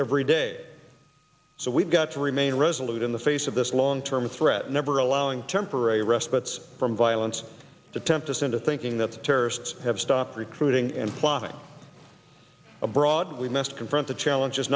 every day so we've got to remain resolute in the face of this long term threat never allowing temporary respite from violence to tempt us into thinking that the terrorists have stopped recruiting and plotting abroad we must confront the challenge